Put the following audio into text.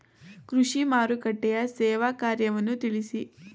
ಕೃಷಿ ಮಾರುಕಟ್ಟೆಯ ಸೇವಾ ಕಾರ್ಯವನ್ನು ತಿಳಿಸಿ?